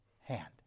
hand